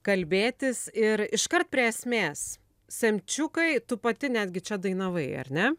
kalbėtis ir iškart prie esmės semčiukai tu pati netgi čia dainavai ar ne